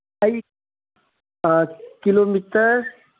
ꯑꯩ ꯀꯤꯂꯣꯃꯤꯇꯔ